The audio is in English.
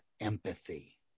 empathy